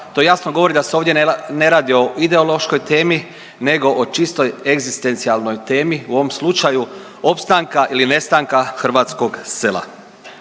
to jasno govori da se ovdje ne radi o ideološkoj temi nego o čistoj egzistencijalnoj temi u ovom slučaju opstanka ili nestanka hrvatskog sela.